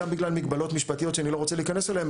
גם בגלל מגבלות משפטיות שאני לא רוצה להיכנס אליהם,